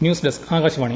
news desk Akashvani